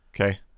okay